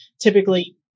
typically